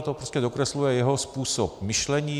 To prostě dokresluje jeho způsob myšlení.